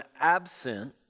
absent